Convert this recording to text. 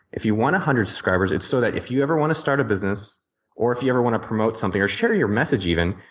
if you want one hundred subscribers it's so that if you ever want to start a business or if you ever want to promote something or share your message even,